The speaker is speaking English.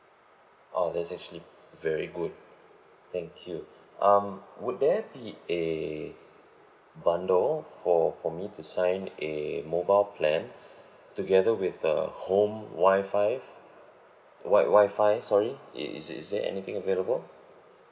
oh that's actually very good thank you um would there be a bundle for for me to sign a mobile plan together with the home wi~ wi-fi sorry is is is there anything available